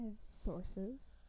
Sources